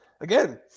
again